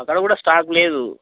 అక్కడ కూడా స్టాక్ లేదు